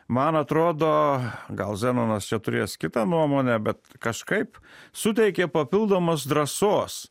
man atrodo gal zenonas čia turės kitą nuomonę bet kažkaip suteikė papildomos drąsos